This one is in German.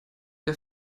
der